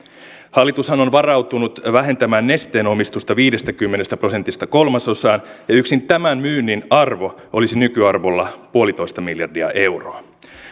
hallitushan on on varautunut vähentämään nesteen omistusta viidestäkymmenestä prosentista kolmasosaan ja yksin tämän myynnin arvo olisi nykyarvolla yksi pilkku viisi miljardia euroa